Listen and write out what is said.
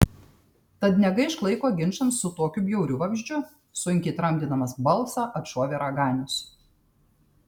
tad negaišk laiko ginčams su tokiu bjauriu vabzdžiu sunkiai tramdydamas balsą atšovė raganius